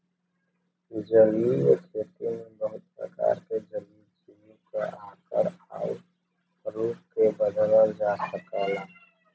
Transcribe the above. जलीय खेती में बहुत प्रकार के जलीय जीव क आकार आउर रूप के बदलल जा सकला